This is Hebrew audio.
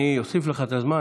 אני אוסיף לך את הזמן,